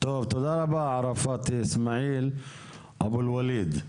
טוב, תודה רבה ערפאת אסמעיל אבו אל ואליד.